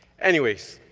anyways,